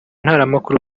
ntaramakuru